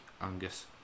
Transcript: Angus